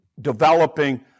developing